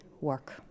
work